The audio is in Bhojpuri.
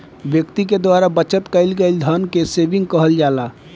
व्यक्ति के द्वारा बचत कईल गईल धन के सेविंग कहल जाला